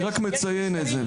אני רק מציין את זה.